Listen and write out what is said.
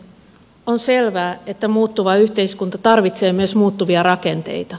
on selvää että muuttuva yhteiskunta tarvitsee myös muuttuvia rakenteita